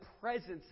presence